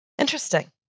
Interesting